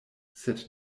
sed